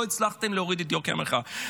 לא הצלחתם להוריד את יוקר המחיה.